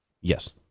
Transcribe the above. Yes